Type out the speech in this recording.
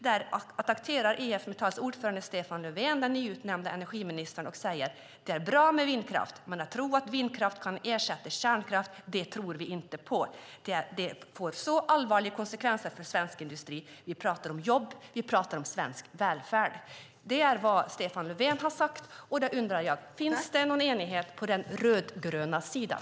Där attackerar IF Metalls ordförande Stefan Löfven den nyutnämnda energiministern och säger: Det är bra med vindkraft, men vi tror inte att vindkraft kan ersätta kärnkraft. Det får allvarliga konsekvenser för svensk industri. Vi pratar om jobb, och vi pratar om svensk välfärd. Det är vad Stefan Löfven har sagt. Jag undrar: Finns det någon enighet på den rödgröna sidan?